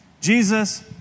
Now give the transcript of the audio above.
Jesus